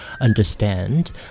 understand